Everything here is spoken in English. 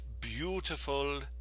beautiful